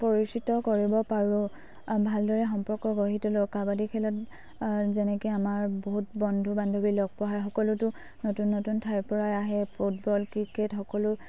পৰিচিত কৰিব পাৰোঁ ভালদৰে সম্পৰ্ক গঢ়ি তুলোঁ কাবাডী খেলত যেনেকৈ আমাৰ বহুত বন্ধু বান্ধৱী লগ পোৱাৰ সকলোতো নতুন নতুন ঠাইৰপৰাই আহে ফুটবল ক্ৰিকেট সকলো